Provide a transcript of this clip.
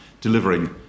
delivering